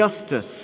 justice